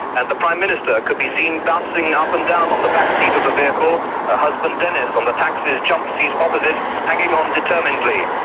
and the prime minister could be seen bouncing up and down on the back seat of the vehicle, her husband denis on the taxi's jump seat opposite hanging on determinedly.